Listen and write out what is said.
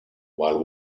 while